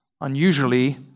unusually